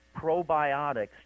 probiotics